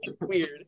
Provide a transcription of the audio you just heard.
weird